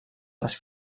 les